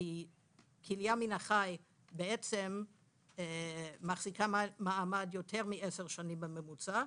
כליה מן החי בעצם מחזיקה מעמד יותר מעשר שנים בממוצע,